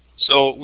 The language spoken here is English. so,